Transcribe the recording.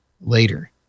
later